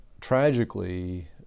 tragically